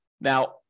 Now